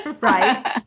right